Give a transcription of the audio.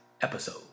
episode